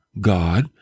God